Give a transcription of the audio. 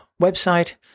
website